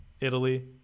Italy